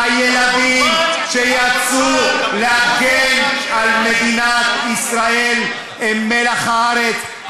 הילדים שיצאו להגן על מדינת ישראל הם מלח הארץ,